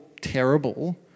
terrible